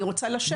אני רוצה לשבת.